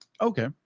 okay